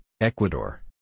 Ecuador